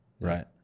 right